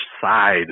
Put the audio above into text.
side